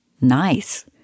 nice